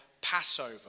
Passover